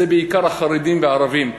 זה בעיקר החרדים והערבים.